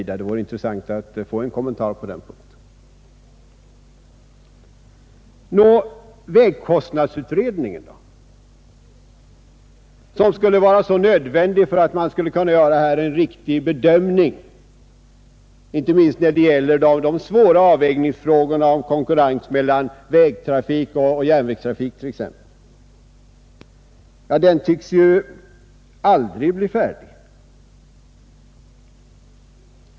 Det vore intressant att få en kommentar på denna punkt. Vägkostnadsutredningen, som skulle vara en så nödvändig förutsättning för att man skulle kunna göra en riktig bedömning inte minst av de svåra avvägningsfrågorna om konkurrens mellan vägtrafik och järnvägstrafik, tycks aldrig bli färdig.